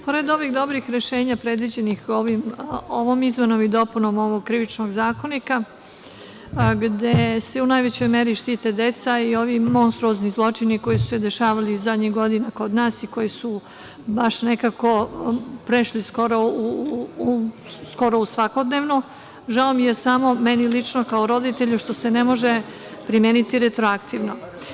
Pored ovih dobrih rešenja predviđenih ovom izmenom i dopunom ovog Krivičnog zakona, gde se u najvećoj meri štite deca i ovi monstruozni zločini koji su se dešavali poslednjih godina kod nas i koji su baš nekako prešli skoro u svakodnevno, žao mi je samo, meni lično kao roditelju, što se ne može primeniti retroaktivno.